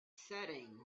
setting